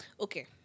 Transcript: okay